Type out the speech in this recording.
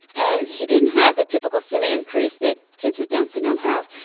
and he didn't have the typical simian crease that kids with down syndrome have,